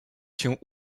się